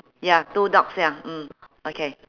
ya two dogs ya mm okay